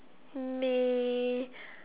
may